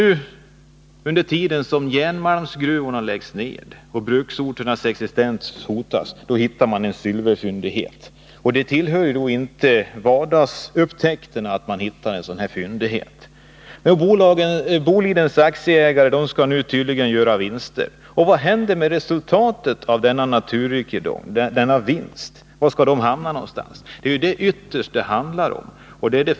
Samtidigt som järnmalmsgruvorna läggs ned och bruksorternas existens hotas hittar man silver där. Det tillhör inte vardagen att man gör en sådan fyndighet. Var skall resultatet av denna naturrikedom då hamna någonstans? — Det är ytterst det frågan gäller.